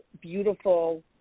beautiful